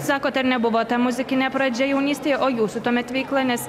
sakote nebuvo ta muzikinė pradžia jaunystėj o jūsų tuomet veikla nes